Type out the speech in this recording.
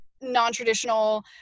non-traditional